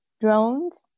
drones